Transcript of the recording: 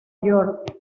york